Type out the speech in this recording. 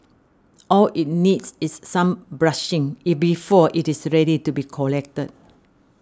all it needs is some brushing it before it is ready to be collected